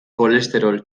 kolesterol